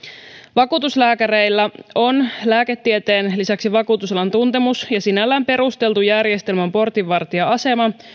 vakuutuslääkäreillä on lääketieteen lisäksi vakuutusalan tuntemus ja sinällään perusteltu järjestelmän portinvartijan asema